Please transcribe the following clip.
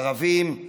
ערבים,